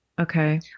Okay